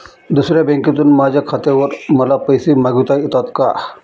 दुसऱ्या बँकेतून माझ्या खात्यावर मला पैसे मागविता येतात का?